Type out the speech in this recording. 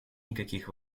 никаких